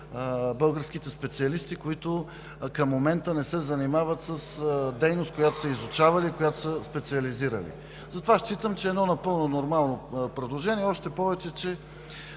българските специалисти, които към момента не се занимават с дейност, която са изучавали и специализирали. Затова считам, че е едно напълно нормално предложение. Още повече